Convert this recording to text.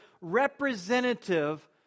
representative